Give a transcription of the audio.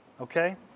Okay